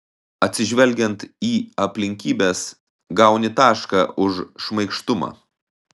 atsižvelgiant į aplinkybes gauni tašką už šmaikštumą